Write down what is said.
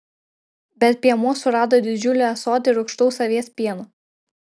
bet piemuo surado didžiulį ąsotį rūgštaus avies pieno